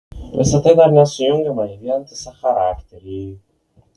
visa tai dar nesujungiama į vientisą charakterį